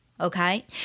okay